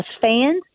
fans